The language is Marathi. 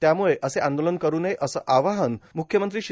त्यामुळं आंदोलन करु नये असं आवाहन मुख्यमंत्री श्री